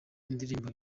indirimbo